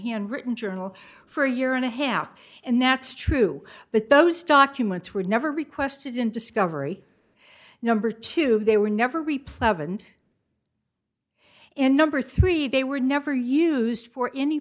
handwritten journal for a year and a half and that's true but those documents were never requested in discovery number two they were never reply of and and number three they were never used for any